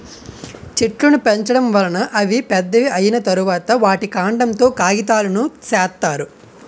చెట్లును పెంచడం వలన అవి పెద్దవి అయ్యిన తరువాత, వాటి కాండం తో కాగితాలును సేత్తారు